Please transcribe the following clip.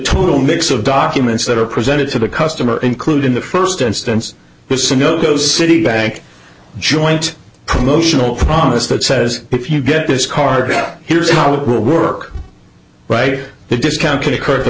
total mix of documents that are presented to the customer include in the first instance is sanogo citibank joint promotional promise that says if you get this card here's how it will work right the discount could occur if